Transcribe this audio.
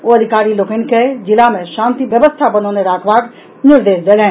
ओ अधिकारी लोकनि के जिला मे शांति व्यवस्था बनौने राखबाक निर्देश देलनि